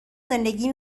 زندگی